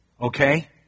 Okay